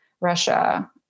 Russia